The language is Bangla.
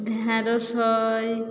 ঢ্যাঁড়স হয়